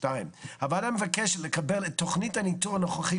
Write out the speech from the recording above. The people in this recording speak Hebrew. הוועדה מבקשת לקבל את תוכנית הניטור הנוכחית